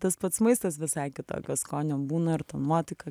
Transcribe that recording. tas pats maistas visai kitokio skonio būna ir ta nuotaika